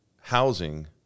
housing